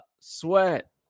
sweat